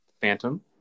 Phantom